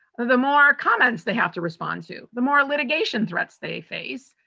ah the more comments they have to respond to, the more litigation threats they face.